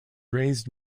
raised